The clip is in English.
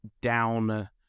down